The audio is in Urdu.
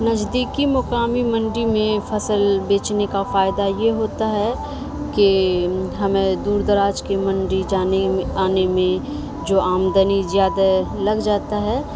نزدیکی مقامی منڈی میں فصل بیچنے کا فائدہ یہ ہوتا ہے کہ ہمیں دور دراج کے منڈی جانے میں آنے میں جو آمدنی زیادہ لگ جاتا ہے